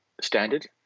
standard